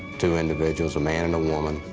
two individuals, a man and a woman,